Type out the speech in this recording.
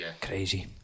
Crazy